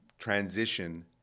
transition